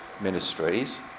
ministries